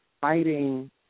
fighting